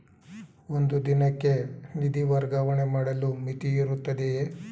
ಒಂದು ದಿನಕ್ಕೆ ನಿಧಿ ವರ್ಗಾವಣೆ ಮಾಡಲು ಮಿತಿಯಿರುತ್ತದೆಯೇ?